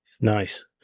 nice